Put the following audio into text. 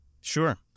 Sure